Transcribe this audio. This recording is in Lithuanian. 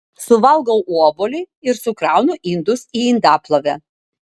suvalgau obuolį ir sukraunu indus į indaplovę